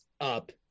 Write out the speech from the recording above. up